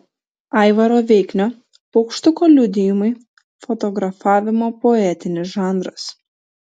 aivaro veiknio paukštuko liudijimai fotografavimo poetinis žanras